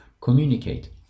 communicate